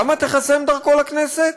למה תיחסם דרכו לכנסת?